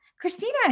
Christina